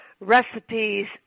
Recipes